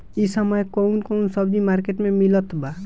इह समय कउन कउन सब्जी मर्केट में मिलत बा?